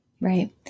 Right